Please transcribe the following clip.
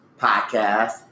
podcast